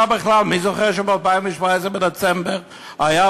כבר בכלל מי זוכר שב-2013 בדצמבר הייתה